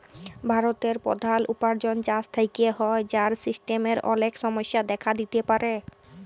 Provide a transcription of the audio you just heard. ভারতের প্রধাল উপার্জন চাষ থেক্যে হ্যয়, যার সিস্টেমের অলেক সমস্যা দেখা দিতে পারে